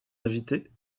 invitées